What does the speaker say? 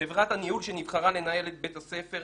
חברת הניהול שנבחרה לנהל בית הספר